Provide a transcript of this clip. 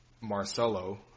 Marcelo